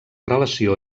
relació